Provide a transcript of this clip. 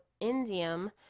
indium